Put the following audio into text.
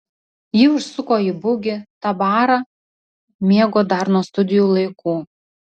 ji užsuko į bugį tą barą mėgo dar nuo studijų laikų